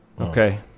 Okay